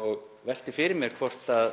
Ég velti fyrir mér hvort það